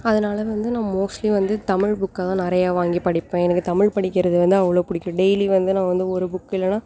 அதனால வந்து நான் மோஸ்ட்லி வந்து தமிழ் புக்கை தான் நிறையா வாங்கி படிப்பேன் எனக்கு தமிழ் படிக்கிறது வந்து அவ்வளோ பிடிக்கும் டெய்லியும் வந்து நான் வந்து ஒரு புக்கு இல்லைனா